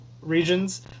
regions